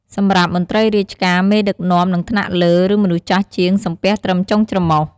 សម្រាប់មន្រ្តីរាជការ មេដឹកនាំ និងថ្នាក់លើ ឬមនុស្សចាស់ជាង សំពះត្រឹមចុងច្រមុះ។